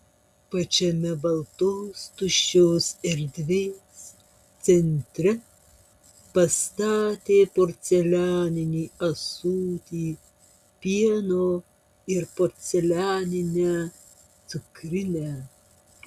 pačiame baltos tuščios erdvės centre pastatė porcelianinį ąsotį pieno ir porcelianinę cukrinę